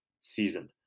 season